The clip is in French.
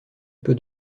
peu